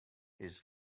his